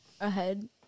ahead